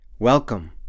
Welcome